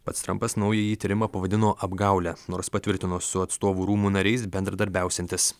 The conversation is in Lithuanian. pats trampas naująjį tyrimą pavadino apgaule nors patvirtino su atstovų rūmų nariais bendradarbiausiantis